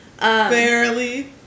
Barely